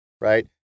right